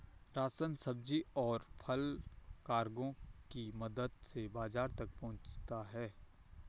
ration, सब्जी, और फल कार्गो की मदद से बाजार तक पहुंचता है